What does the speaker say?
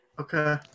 Okay